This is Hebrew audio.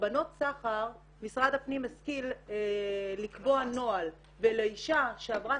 קורבנות סחר משרד הפנים השכיל לקבוע נוהל ולאישה שעברה